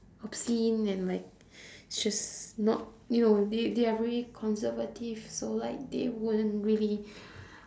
obscene and like it's just not you know they they are really conservative so like they wouldn't really